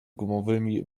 gumowymi